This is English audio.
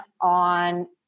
on